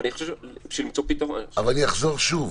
אבל בשביל למצוא פתרון --- אבל אני אחזור שוב: